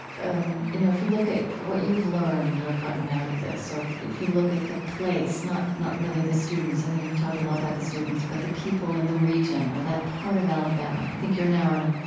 and you know, if you look at what you've learned or gotten out of this or if you look at the place, not not really the students, i think you've talked a lot about the students, but the people in the region or that part of alabama, i think you're now in